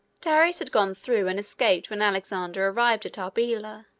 darius had gone through and escaped when alexander arrived at arbela,